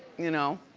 you know,